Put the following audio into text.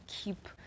keep